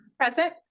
Present